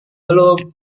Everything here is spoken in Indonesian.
belum